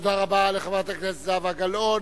תודה רבה לחברת הכנסת זהבה גלאון.